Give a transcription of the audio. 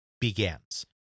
begins